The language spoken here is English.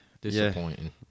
disappointing